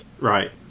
Right